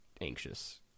anxious